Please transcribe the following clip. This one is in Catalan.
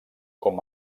com